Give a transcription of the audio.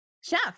chef